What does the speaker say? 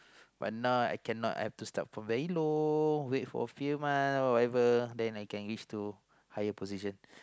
but now I cannot I have to start from very low wait for a few month whatever then I can give to higher position